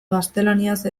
gaztelaniaz